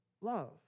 love